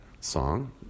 song